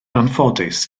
anffodus